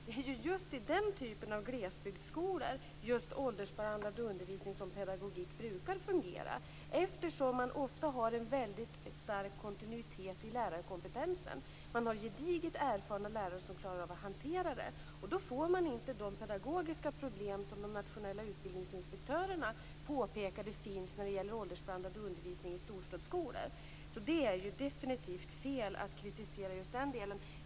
Det är ju just i den typen av glesbygdsskolor som åldersblandad undervisning som pedagogik brukar fungera eftersom man ofta har en väldigt stark kontinuitet i lärarkompetensen. Man har gediget erfarna lärare som klarar av att hantera det, och då får man inte de pedagogiska problem som de nationella utbildningsinspektörerna påpekade finns i åldersblandad undervisning i storstadsskolor. Så det är ju definitivt fel att kritisera just den delen.